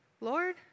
Lord